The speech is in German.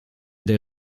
der